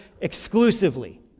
exclusively